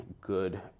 good